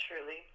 Truly